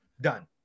Done